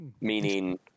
Meaning